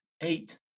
eight